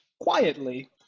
quietly